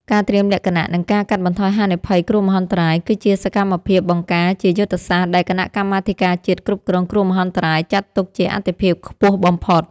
ការត្រៀមលក្ខណៈ និងការកាត់បន្ថយហានិភ័យគ្រោះមហន្តរាយ គឺជាសកម្មភាពបង្ការជាយុទ្ធសាស្ត្រដែលគណៈកម្មាធិការជាតិគ្រប់គ្រងគ្រោះមហន្តរាយ ចាត់ទុកជាអាទិភាពខ្ពស់បំផុត។